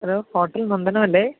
hello hotel Nandanam അല്ലേ